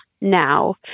now